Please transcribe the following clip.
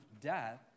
death